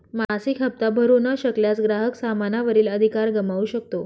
मासिक हप्ता भरू न शकल्यास, ग्राहक सामाना वरील अधिकार गमावू शकतो